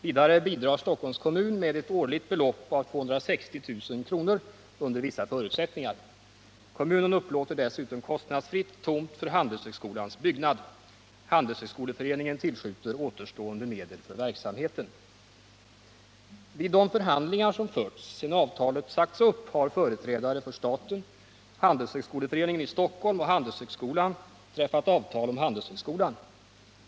Vidare bidrar Stockholms kommun med ett årligt belopp av 260 000 kr. under vissa förutsättningar. Kommunen upplåter dessutom kostnadsfritt tomt för Handelshögskolans byggnad. Handelshögskoleföreningen tillskjuter återstående medel för verksamheten. Vid de förhandlingar som förts sedan avtalet sagts upp har företrädare för staten, Handelshögskoleföreningen i Stockholm och Handelshögskolan träffat avtal om Handelshögskolan.